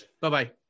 Bye-bye